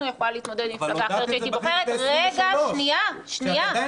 יכולה להתמודד עם מפלגת כולנו,